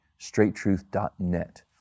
straighttruth.net